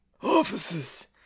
Officers